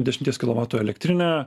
dešimties kilovatų elektrinę